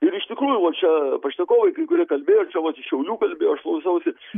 ir iš tikrųjų va čia pašnekovai kai kurie kalbėjo čia vat iš šiaulių kalbėjo aš klausiausi